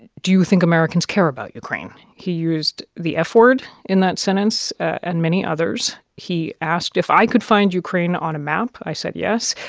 do you think americans care about ukraine? he used the f-word in that sentence and many others. he asked if i could find ukraine on a map. i said yes.